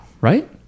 Right